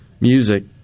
music